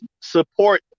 support